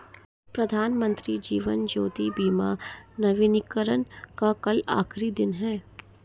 प्रधानमंत्री जीवन ज्योति बीमा नवीनीकरण का कल आखिरी दिन है